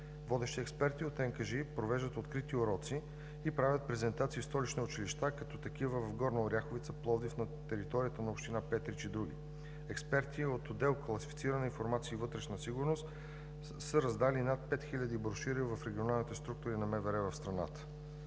Водещи експерти от НКЖИ провеждат открити уроци и правят презентации в столични училища, като такива в Горна Оряховица, Пловдив, на територията на община Петрич и други. Експерти от отдел „Класифицирана информация и вътрешна сигурност“ са раздали над пет хиляди брошури в регионалните структури на МВР в страната.